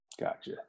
Gotcha